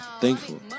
thankful